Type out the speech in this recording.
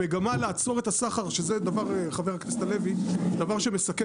המגמה לעצור את הסחר שזה דבר חבר הכנסת הלוי דבר שמסכן